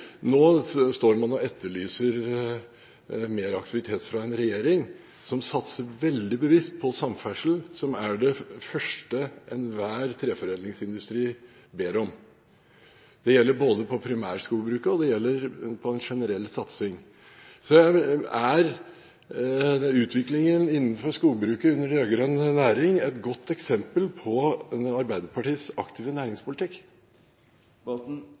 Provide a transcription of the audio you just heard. Nå etterlyser man mer aktivitet fra en regjering som satser veldig bevisst på samferdsel, som er det første enhver treforedlingsindustri ber om. Det gjelder både primærskogbruket og generelt. Er utviklingen innenfor skogbruket, med rød-grønn næringspolitikk, et godt eksempel på Arbeiderpartiets aktive næringspolitikk?